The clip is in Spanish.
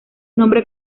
nombre